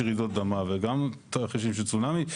רעידות אדמה וגם תרחישים של צונאמי.